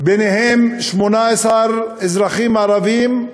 וביניהם 18 אזרחים ערבים,